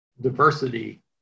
diversity